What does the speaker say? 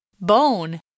Bone